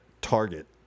target